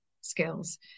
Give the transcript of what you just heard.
skills